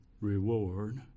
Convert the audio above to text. reward